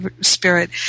Spirit